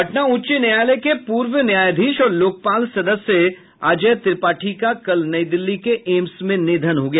पटना उच्च न्यायालय के पूर्व न्यायाधीश और लोकपाल सदस्य अजय त्रिपाठी का कल नई दिल्ली के एम्स में निधन हो गया